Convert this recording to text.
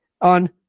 on